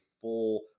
full